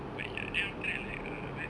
but ya then after that like uh